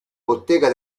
bottega